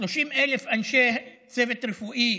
30,000 אנשי צוות רפואי,